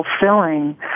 fulfilling